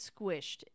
squished